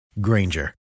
Granger